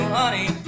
honey